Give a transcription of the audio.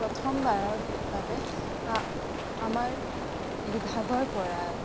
প্ৰথমবাৰৰ বাবে আ আমাৰ বিভাগৰ পৰা